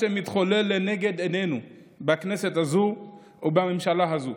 שמתחולל לנגד עינינו בכנסת הזו ובממשלה הזו.